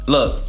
Look